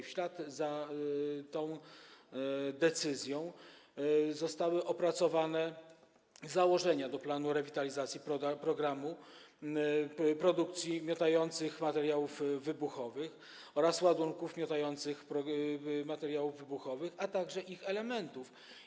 W ślad za tą decyzją zostały opracowane założenia do planu rewitalizacji produkcji miotających materiałów wybuchowych oraz ładunków miotających materiałów wybuchowych, a także ich elementów.